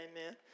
amen